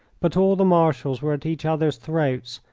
but all the marshals were at each other's throats,